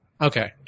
Okay